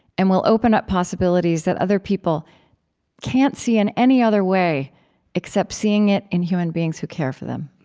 and will open up possibilities that other people can't see in any other way except seeing it in human beings who care for them.